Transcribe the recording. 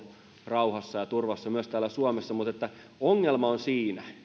rauhassa ja turvassa myös täällä suomessa mutta ongelma on siinä